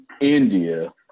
India